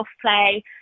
play